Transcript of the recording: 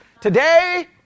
today